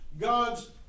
God's